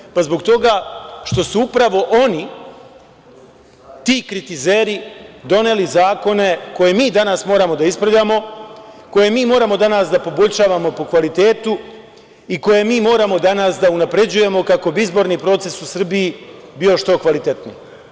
Odgovoran je zbog toga što su upravo oni, ti kritizeri doneli zakone koje mi danas moramo da ispravljamo, koje mi moramo danas da poboljšavamo po kvalitetu i koje mi moramo danas da unapređujemo kako bi izborni proces u Srbiji bio što kvalitetniji.